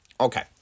Okay